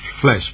flesh